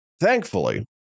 Thankfully